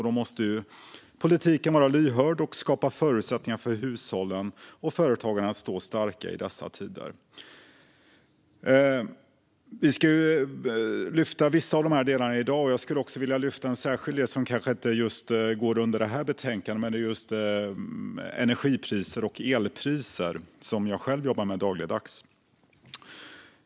Då måste politiken vara lyhörd och skapa förutsättningar för hushållen och företagen att stå starka i dessa tider. Vi ska lyfta vissa av dessa delar i dag, och jag skulle också vilja lyfta en särskild del som kanske inte omfattas av just detta betänkande, nämligen energi och elpriser, som jag själv jobbar med dagligdags.